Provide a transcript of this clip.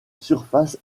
surface